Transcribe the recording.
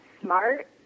smart